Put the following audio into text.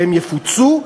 שהם יפוצו,